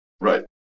Right